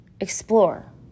explore